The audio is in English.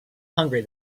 hungry